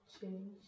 change